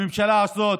הממשלה הזאת